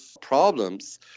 problems